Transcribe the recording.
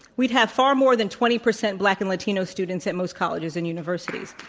we'd have far more than twenty percent black and latino students at most colleges and universities.